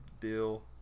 deal